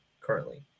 currently